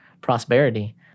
prosperity